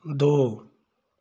दो